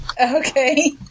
Okay